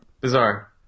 Bizarre